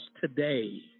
today